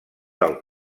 del